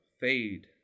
fade